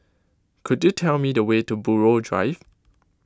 could you tell me the way to Buroh Drive